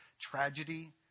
tragedy